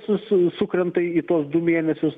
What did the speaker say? su su sukrenta į tuos du mėnesius